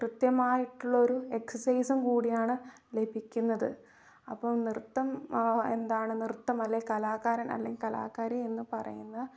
കൃത്യമായിട്ടുള്ള ഒരു എക്സസൈസും കൂടിയാണ് ലഭിക്കുന്നത് അപ്പം നൃത്തം എന്താണ് നൃത്തം അല്ലെ കലാകാരൻ അല്ലെങ്കിൽ കലാകാരി എന്ന് പറയുന്നത്